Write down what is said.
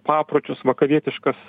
papročius vakarietiškas